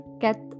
get